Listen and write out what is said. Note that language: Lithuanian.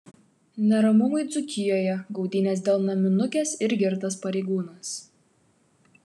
neramumai dzūkijoje gaudynės dėl naminukės ir girtas pareigūnas